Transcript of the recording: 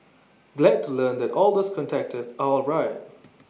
glad to learn that all those contacted are alright